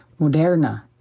Moderna